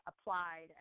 applied